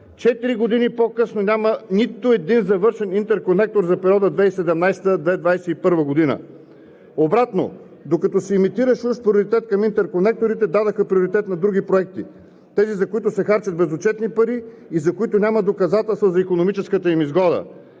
четири години по-късно няма нито един завършен интерконектор за периода 2017 – 2021 г. Обратно, докато се имитираше уж приоритет към интерконекторите, дадоха приоритет на други проекти – тези, за които се харчат безотчетни пари и за които няма доказателства за икономическата им изгода.